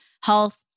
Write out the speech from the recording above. health